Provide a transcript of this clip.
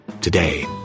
Today